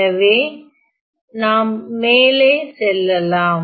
எனவே நாம் மேலே செல்லலாம்